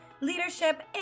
leadership